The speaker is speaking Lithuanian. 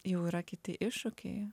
jau yra kiti iššūkiai